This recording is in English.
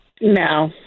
no